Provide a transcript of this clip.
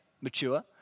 mature